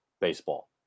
baseball